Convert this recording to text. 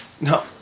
No